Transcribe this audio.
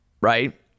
right